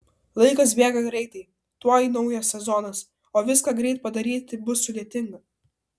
laikas bėga greitai tuoj naujas sezonas o viską greit padaryti bus sudėtinga